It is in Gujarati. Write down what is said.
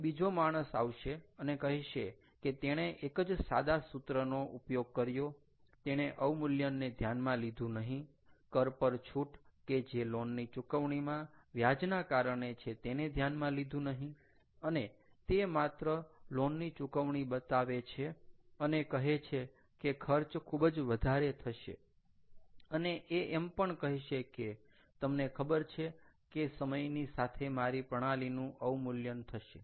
અને બીજો માણસ આવશે અને કહેશે કે તેણે એક જ સાદા સૂત્રનો ઉપયોગ કર્યો તેણે અવમૂલ્યનને ધ્યાનમાં લીધું નહીં કર પર છૂટ કે જે લોન ની ચુકવણીમાં વ્યાજના કારણે છે તેને ધ્યાનમાં લીધું નહીં અને તે માત્ર લોન ની ચુકવણી બતાવે છે અને કહે છે કે ખર્ચ ખૂબ જ વધારે થશે અને એ એમ પણ કહેશે કે તમને ખબર છે કે સમયની સાથે મારી પ્રણાલીનું અવમૂલ્યન થશે